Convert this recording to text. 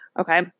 Okay